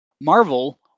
Marvel